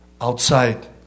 outside